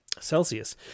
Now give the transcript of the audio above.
Celsius